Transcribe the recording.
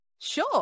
Sure